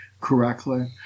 correctly